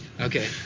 Okay